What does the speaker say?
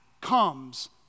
comes